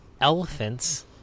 Elephants